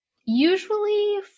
usually